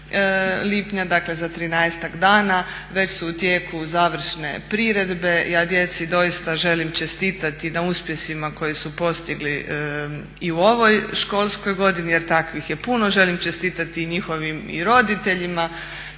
lipnja dakle za trinaestak dana, već su u tijeku završne priredbe, ja djeci doista želim čestitati na uspjesima koje su postigli i u ovoj školskoj godini jer takvih je puno, želim čestitati i njihovim roditeljima,